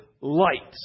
light